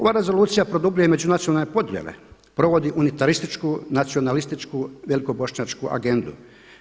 Ova rezolucija produbljuje i međunacionalne podjele, provodi unitarističku, nacionalističku, velikobošnjačku AGENDA-u.